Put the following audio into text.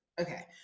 okay